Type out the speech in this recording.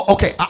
Okay